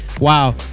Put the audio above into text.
Wow